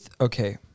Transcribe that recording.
okay